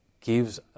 gives